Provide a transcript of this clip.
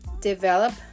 develop